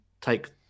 take